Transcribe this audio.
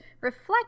reflect